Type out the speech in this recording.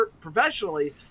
professionally